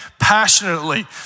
passionately